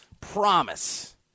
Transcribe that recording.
promise